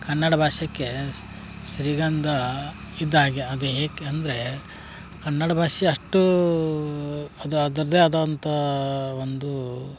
ಕನ್ನಡ ಭಾಷೆಗೆ ಶ್ರೀಗಂಧ ಇದ್ದ ಹಾಗೆ ಅದು ಏಕೆ ಅಂದರೆ ಕನ್ನಡ ಭಾಷೆ ಅಷ್ಟೂ ಅದು ಅದರದ್ದೇ ಆದಂಥಾ ಒಂದು